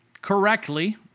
correctly